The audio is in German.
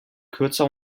kürzer